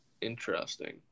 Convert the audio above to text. Interesting